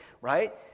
right